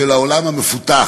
של העולם המפותח.